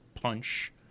Punch